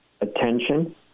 attention